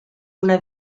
una